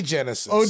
Genesis